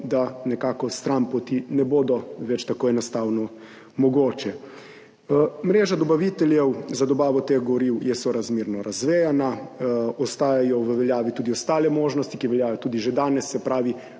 da nekake stranpoti ne bodo več tako enostavno mogoče. Mreža dobaviteljev za dobavo teh goriv je sorazmerno razvejana. Ostajajo v veljavi tudi ostale možnosti, ki veljajo tudi že danes, se pravi,